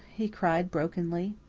he cried brokenly.